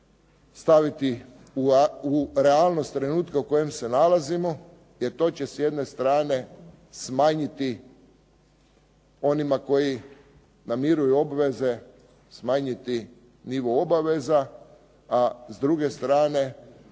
staviti u realnost trenutka u kojem se nalazimo. Jer to će s jedne strane smanjiti onima koji namiruju obveze, smanjiti nivo obaveza. A s druge strane